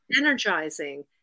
energizing